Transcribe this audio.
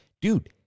dude